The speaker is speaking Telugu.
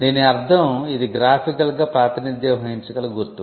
దీని అర్థం ఇది గ్రాఫికల్గా ప్రాతినిధ్యం వహించగల గుర్తు